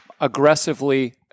aggressively